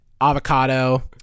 avocado